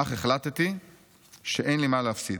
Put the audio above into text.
אך החלטתי שאין לי מה להפסיד,